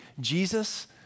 Jesus